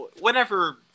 whenever